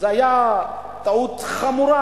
זו היתה טעות חמורה,